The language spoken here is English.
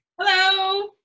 Hello